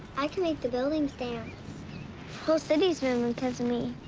i can make the buildings dance whole cities move because of me.